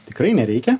tikrai nereikia